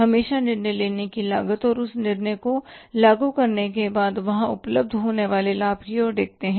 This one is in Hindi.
हमेशा निर्णय लेने की लागत और उस निर्णय को लागू करने के बाद वहां उपलब्ध होने वाले लाभ की ओर देखते हैं